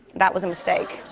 that was a mistake.